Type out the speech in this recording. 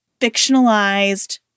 fictionalized